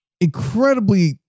incredibly